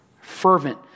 fervent